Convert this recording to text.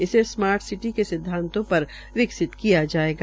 इसे smart city के सिद्वातों पर विकसित किया जायेगा